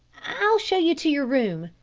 i'll show you to your room,